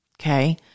Okay